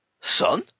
Son